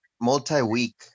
Multi-week